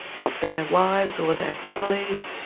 not their wives or their families,